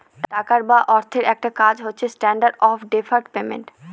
টাকা বা অর্থের একটা কাজ হচ্ছে স্ট্যান্ডার্ড অফ ডেফার্ড পেমেন্ট